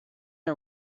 are